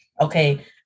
Okay